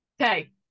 okay